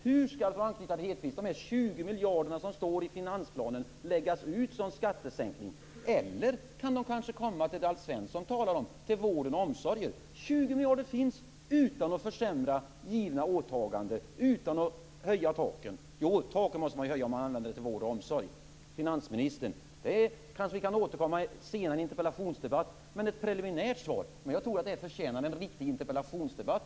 Hur skall dessa 20 miljarder, för att anknyta till Lennart Hedquists fråga, läggas ut som skattesänkning? Kan de kanske användas, som Alf Svensson talade om, till vården och omsorgen? 20 miljarder finns utan att försämra givna åtaganden och utan att höja taken. Jo, taken måste man höja om man använder pengarna till vård och omsorg. Men kanske kan vi återkomma till detta senare i en interpellationsdebatt, finansministern? Kanske kan man få ett preliminärt svar, men jag tror att detta ämne förtjänar en riktig interpellationsdebatt.